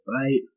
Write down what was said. right